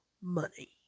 money